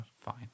Fine